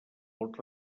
pot